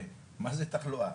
מה זה תחלואה?